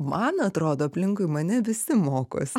man atrodo aplinkui mane visi mokosi